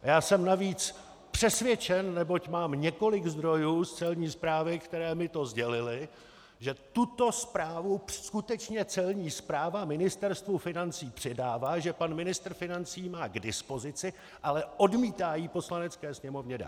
A já jsem navíc přesvědčen, neboť mám několik zdrojů z Celní správy, které mi to sdělily, že tuto zprávu skutečně Celní správa Ministerstvu financí předává, že pan ministr financí ji má k dispozici, ale odmítá ji Poslanecké sněmovně dát.